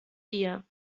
dir